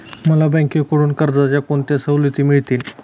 मला बँकेकडून कर्जाच्या कोणत्या सवलती मिळतील?